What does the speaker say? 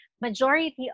majority